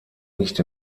nicht